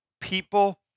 people